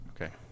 Okay